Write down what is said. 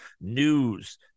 news